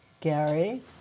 Gary